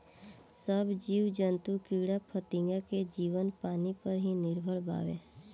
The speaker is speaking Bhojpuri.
सब जीव जंतु कीड़ा फतिंगा के जीवन पानी पर ही निर्भर बावे